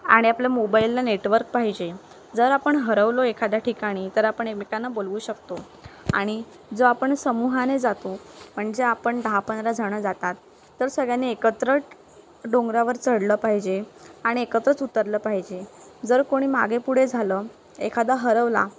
आणि आपल्या मोबाईलला नेटवर्क पाहिजे जर आपण हरवलो एखाद्या ठिकाणी तर आपण एकमेकांना बोलवू शकतो आणि जो आपण समूहाने जातो म्हणजे आपण दहा पंधरा जणं जातात तर सगळ्यांनी एकत्र डोंगरावर चढलं पाहिजे आणि एकत्रच उतरलं पाहिजे जर कोणी मागे पुढे झालं एखादा हरवला